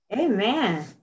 Amen